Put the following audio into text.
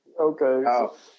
Okay